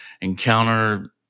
encounter